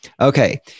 Okay